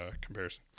comparison